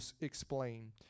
explain